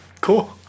Cool